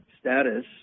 status